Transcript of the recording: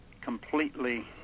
completely